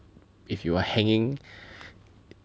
if you are hanging